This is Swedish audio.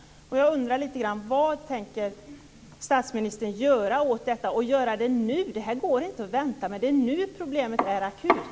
Han måste göra något nu. Det går inte att vänta - det är nu som problemet är akut.